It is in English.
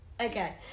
Okay